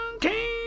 King